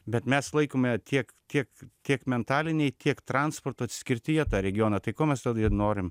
bet mes laikome tiek kiek tiek mentaliniai tiek transporto atskirtyje tą regioną tai ko mes tada ir norim